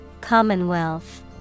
Commonwealth